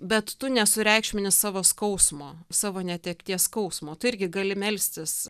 bet tu nesureikšmini savo skausmo savo netekties skausmo tu irgi gali melstis